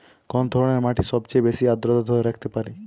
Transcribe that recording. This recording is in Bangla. কোন ধরনের মাটি সবচেয়ে বেশি আর্দ্রতা ধরে রাখতে পারে?